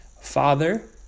Father